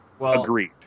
Agreed